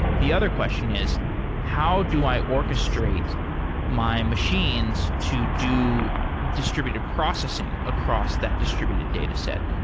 the other question is how do i orchestrate my machines to do distributed processing across that distributed dataset?